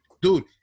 Dude